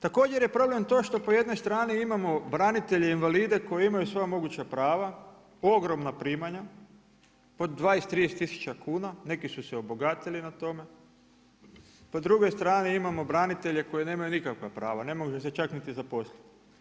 Također je problem to što po jednoj strani imamo branitelje invalide koji imaju sva moguća prava, ogromna primanja po 20, 30 tisuća kuna, neki su se obogatili na tome, po drugoj strani imamo branitelje koji nemaju nikakva prava, ne može se čak niti zaposliti.